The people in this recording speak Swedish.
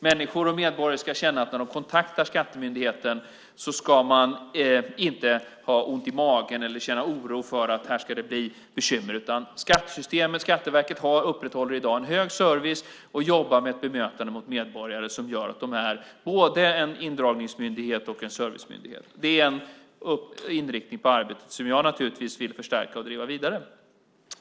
Människor, medborgare, ska känna att när de kontaktar skattemyndigheten ska de inte behöva ha ont i magen eller känna oro för att det ska medföra bekymmer. Skatteverket upprätthåller i dag en hög servicegrad och jobbar med ett gott bemötande av medborgarna. Skatteverket är både en indragningsmyndighet och en servicemyndighet. Det är en inriktning på arbetet som jag naturligtvis vill förstärka och driva vidare.